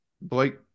Blake